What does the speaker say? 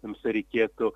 jums tereikėtų